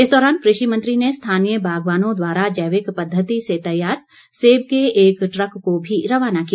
इस दौरान कृषि मंत्री ने स्थानीय बागवानों द्वारा जैविक पद्वति से तैयार सेब के एक ट्रक को भी रवाना किया